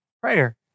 Prayer